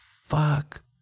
Fuck